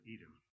Edom